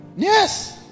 yes